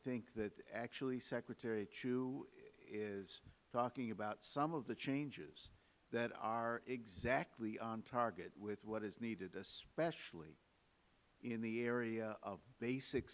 think that actually secretary chu is talking about some of the changes that are exactly on target with what is needed especially in the area of basic